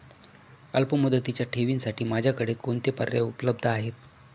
अल्पमुदतीच्या ठेवींसाठी माझ्याकडे कोणते पर्याय उपलब्ध आहेत?